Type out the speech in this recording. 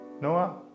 Noah